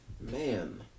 man